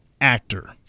Actor